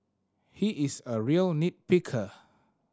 he is a real nit picker